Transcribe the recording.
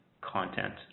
content